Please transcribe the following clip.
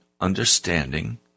understanding